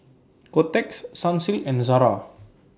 Kotex Sunsilk and Zara